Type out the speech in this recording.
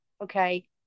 Okay